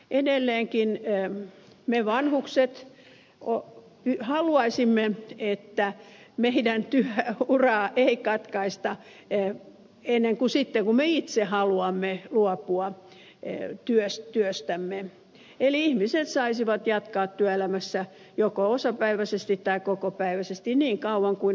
edelleenkin me vanhukset haluaisimme että meidän työuraamme ei katkaista ennen kuin sitten kun me itse haluamme luopua työstämme eli ihmiset saisivat jatkaa työelämässä joko osapäiväisesti tai kokopäiväisesti niin kauan kuin ha luavat